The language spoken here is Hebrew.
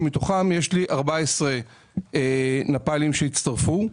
שמתוכם 14 נפאלים שהצטרפו.